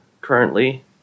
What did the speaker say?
currently